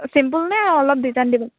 চিম্পুলনে অলপ ডিজাইন দিব